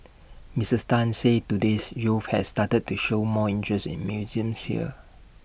Missus Tan said today's youth have started to show more interest in museums here